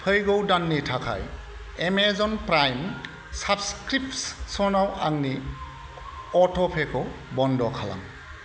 फैगौ दाननि थाखाय एमेजन प्राइम साब्सक्रिपसनाव आंनि अट'पेखौ बन्द खालाम